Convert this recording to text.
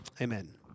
Amen